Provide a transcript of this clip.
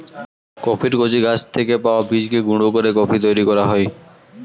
কফির কচি গাছ থেকে পাওয়া বীজকে গুঁড়ো করে কফি তৈরি করা হয়